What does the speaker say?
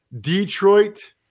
Detroit